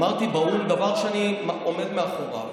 אמרתי באו"ם דבר שאני עומד מאחוריו.